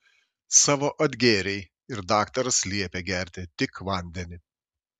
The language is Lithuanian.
savo atgėrei ir daktaras liepė gerti tik vandenį